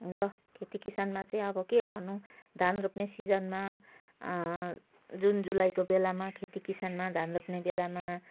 ल खेतीकिसानमा चाहिँ अब के गर्नु धान रोप्ने सिजनमा जुन जुलाईको बेलामा खेतीकिसानमा धान रोप्ने बेलामा